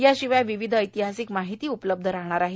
याशिवाय विविध ऐतिहासिक माहिती उपलब्ध राहणार आहे